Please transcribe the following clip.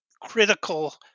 critical